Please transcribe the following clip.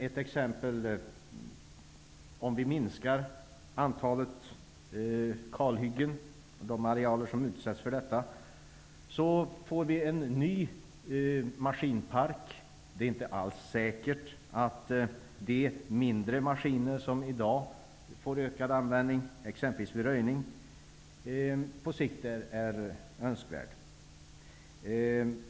Ett exempel är om vi minskar antalet arealer som utsätts för kalhyggen. Vi får då en ny maskinpark. Det är inte alls säkert att de mindre maskiner som i dag har fått en ökad användning, exempelvis vid röjning, är önskvärda på sikt.